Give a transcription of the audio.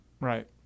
Right